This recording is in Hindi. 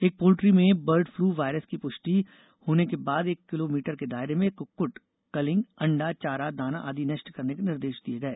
एक पोल्ट्री में बर्ड फ्लू वायरस की पुष्टि होने के बाद एक किलो मीटर के दायरे में कुक्कुट कलिंग अण्डा चारा दाना आदि नष्ट करने के निर्देश दिये गए